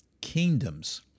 kingdoms